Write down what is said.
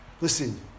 Listen